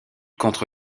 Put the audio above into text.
contre